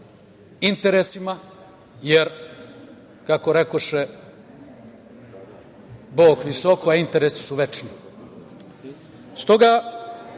interesima, jer, kako rekoše, Bog visoko, a interesi su